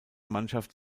mannschaft